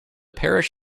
parish